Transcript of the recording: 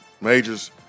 Majors